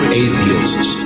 atheists